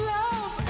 love